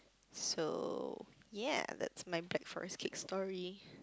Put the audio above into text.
so ya that's my black forest cake story